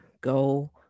go